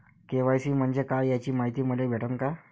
KYC म्हंजे काय याची मायती मले भेटन का?